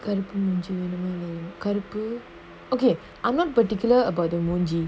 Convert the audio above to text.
கருப்பு மூஞ்சி வேணுமா வேணாமா கருப்பு:karupu moonji venumaa venaamaa karupu okay I'm not particular about the மூஞ்சி:moonji